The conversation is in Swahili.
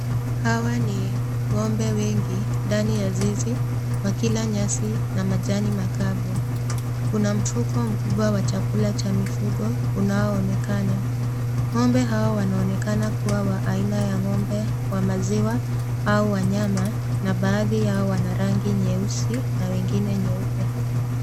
Hawa ni ng'ombe wengi ndani ya zizi wakila nyasi na majani makavu. Kuna mfuko mkubwa wa chakula cha mifugo unaoonekana. Ng'ombe hao wanaonekana kuwa wa aina ya ng'ombe wa maziwa au wa nyama na baadhi yao wana rangi nyeusi na wengine nyeupe.